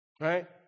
right